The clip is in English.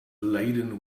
laden